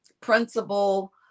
principal